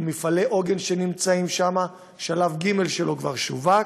עם מפעלי עוגן שנמצאים שם, שלב ג' שלו כבר שווק.